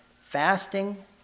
fasting